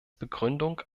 begründung